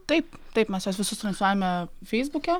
taip taip mes juos visus transliuojame feisbuke